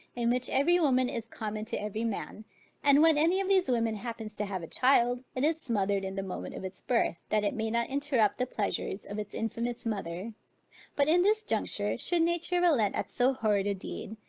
in which every woman is common to every man and when any of these women happens to have a child, it is smothered in the moment of its birth, that it may not interrupt the pleasures of its infamous mother but in this juncture, should nature relent at so horrid a deed,